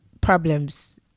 problems